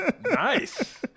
nice